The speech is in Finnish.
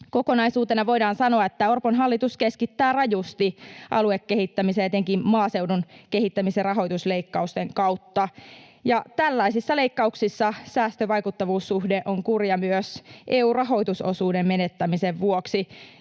Kokonaisuutena voidaan sanoa, että Orpon hallitus keskittää rajusti aluekehittämisen, etenkin maaseudun kehittämisen, rahoitusleikkausten kautta. Tällaisissa leikkauksissa säästö—vaikuttavuus-suhde on kurja myös EU-rahoitusosuuden menettämisen vuoksi,